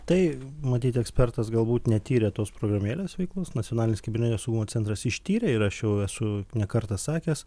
tai matyt ekspertas galbūt netyrė tos programėlės veiklos nacionalinis kibernetinio saugumo centras ištyrė ir aš jau esu ne kartą sakęs